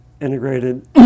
integrated